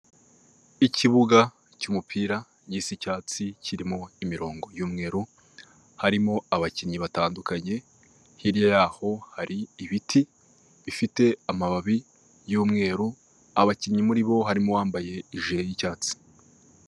Kampani iherereye mu mujyi wa Kigali ikoresha ikoranabuhanga yubatse neza iteye amarangi y'umweru, ifite ibirahuri bisa neza mu mbuga yazo hari pasiparume n'indabyo zindi nziza cyane hepfo hari ibiti birebire.